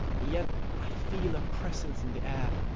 and yet i feel a presence in the air,